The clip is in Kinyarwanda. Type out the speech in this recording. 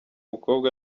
mukobwa